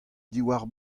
diwar